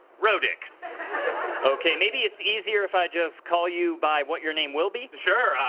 rodick okay. maybe it's easier if i just call you by what your name will be? sure.